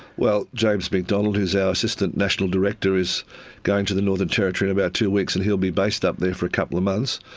well, james mcdonald who is our assistant national director is going to the northern territory in about two weeks and he'll be based up there for a couple of months.